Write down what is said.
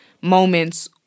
moments